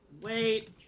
Wait